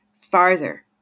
farther